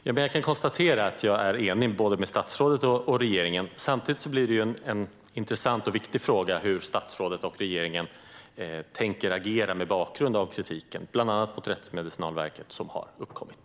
Herr talman! Jag konstaterar att jag är enig med både statsrådet och regeringen. Samtidigt är det en intressant och viktig fråga hur statsrådet och regeringen tänker agera mot bakgrund av den kritik som bland annat har kommit mot Rättsmedicinalverket.